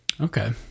okay